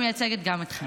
היא מייצגת גם אתכם.